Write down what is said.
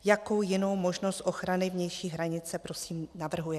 Jakou jinou možnost ochrany vnější hranice prosím navrhujete?